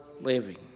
living